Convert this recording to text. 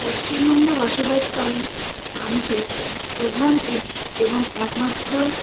পশ্চিমবঙ্গে বসবাসকারী মানুষের প্রধান এবং একমাত্র